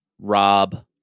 Rob